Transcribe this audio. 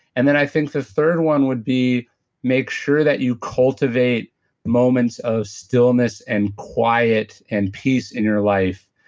and then i think the third one would be make sure that you cultivate moments of stillness and quiet and peace in your life,